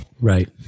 Right